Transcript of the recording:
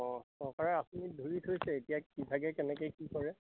অঁ চৰকাৰে আঁচনি ধৰি থৈছে এতিয়া কি ভাগে কেনেকে কি কৰে